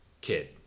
kid